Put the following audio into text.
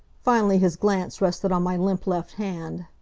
finally his glance rested on my limp left hand.